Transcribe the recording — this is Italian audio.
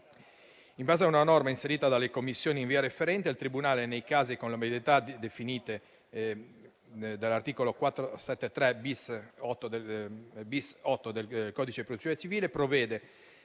In base a una norma inserita dalle Commissioni in via referente, il tribunale, nei casi e con le modalità definite dell'articolo 473-*bis*.8 del codice di procedura civile, provvede